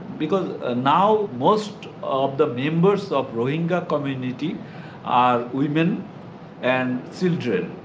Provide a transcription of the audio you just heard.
because ah now most of the members of rohingya community are women and children.